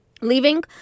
leaving